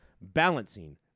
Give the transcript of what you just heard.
balancing